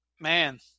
man